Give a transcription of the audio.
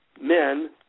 men